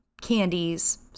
candies